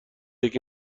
یکی